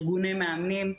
ארגוני מאמנים,